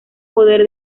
poder